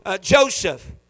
Joseph